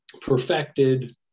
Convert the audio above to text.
perfected